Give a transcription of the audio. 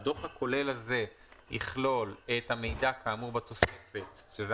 הדוח הכולל הזה יכלול את המידע כאמור בתוספת שזה